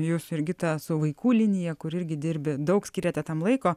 jūs jurgita su vaikų linija kur irgi dirbi daug skiriate tam laiko